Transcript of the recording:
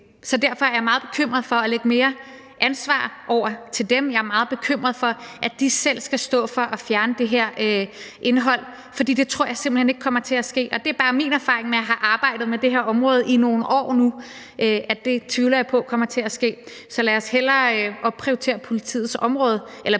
Så derfor er jeg meget bekymret for at lægge mere ansvar over til dem; jeg er meget bekymret for, at de selv skal stå for at fjerne det her indhold, for det tror jeg simpelt hen ikke kommer til at ske. Og det er bare min erfaring fra at have arbejdet med det her område i nogle år nu: at det tvivler jeg på kommer til at ske. Så lad os hellere opprioritere politiets